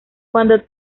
cuando